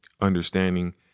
understanding